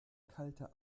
kalte